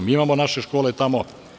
Mi imamo naše škole tamo.